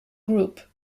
group